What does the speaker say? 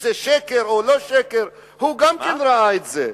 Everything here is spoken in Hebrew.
זה שקר או לא שקר, גם הוא שם וראה את זה.